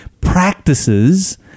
practices